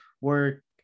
work